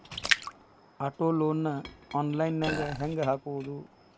Auto loan ನ online ನ್ಯಾಗ್ ಹೆಂಗ್ ಹಾಕೊದು?